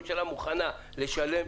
הממשלה מוכנה לשלם.